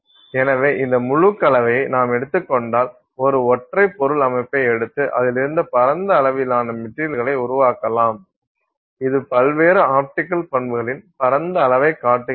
எனவே இந்த முழு கலவையை நாம் எடுத்துக் கொண்டால் ஒரு ஒற்றை பொருள் அமைப்பை எடுத்து அதிலிருந்து பரந்த அளவிலான மெட்டீரியல்களை உருவாக்கலாம் இது பல்வேறு ஆப்டிக்கல் பண்புகளின் பரந்த அளவைக் காட்டுகிறது